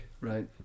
right